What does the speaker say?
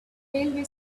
railway